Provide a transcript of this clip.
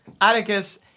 Atticus